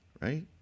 right